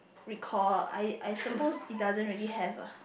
recall I I supposed it doesn't really have ah